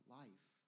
life